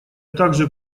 также